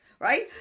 right